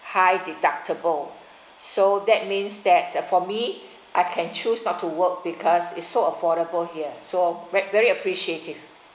high deductible so that means that for me I can choose not to work because is so affordable here so ve~ very appreciative